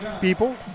people